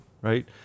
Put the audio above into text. right